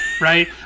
right